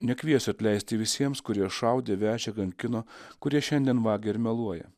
nekviesiu atleisti visiems kurie šaudė vežė kankino kurie šiandien vagia ir meluoja